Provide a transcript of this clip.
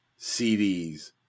CDs